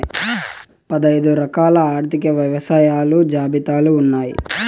పదైదు రకాల ఆర్థిక వ్యవస్థలు జాబితాలు ఉన్నాయి